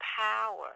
power